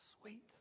sweet